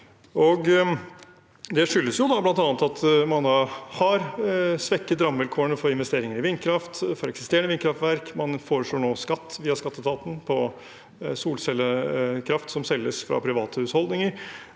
Det skyldes bl.a. at man har svekket rammevilkårene for investeringer i vindkraft for eksisterende vindkraftverk. Man foreslår nå skatt via skatteetaten på solcellekraft som selges fra private husholdninger.